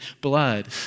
blood